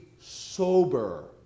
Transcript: sober